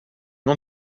nom